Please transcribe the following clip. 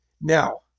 Now